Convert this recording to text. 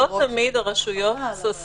לא תמיד הרשויות ששות